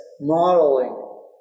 modeling